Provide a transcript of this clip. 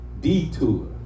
Detour